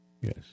Yes